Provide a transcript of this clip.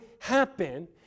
happen